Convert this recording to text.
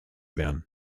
werden